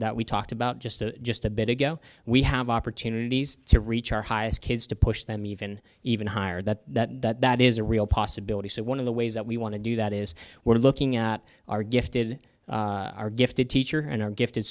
that we talked about just a just a bit ago we have opportunities to reach our highest kids to push them even even higher that that is a real possibility so one of the ways that we want to do that is we're looking at our gifted our gifted teacher and our gifted